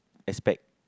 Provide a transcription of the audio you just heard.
aspect